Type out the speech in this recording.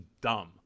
dumb